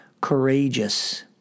courageous